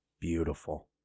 Beautiful